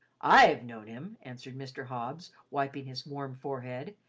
i've known him, answered mr. hobbs, wiping his warm forehead,